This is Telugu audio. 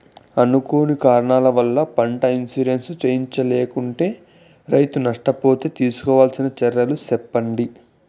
అనుకోని కారణాల వల్ల, పంట ఇన్సూరెన్సు చేయించలేకుంటే, రైతు నష్ట పోతే తీసుకోవాల్సిన చర్యలు సెప్పండి?